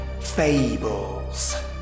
FABLES